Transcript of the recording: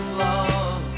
love